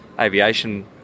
aviation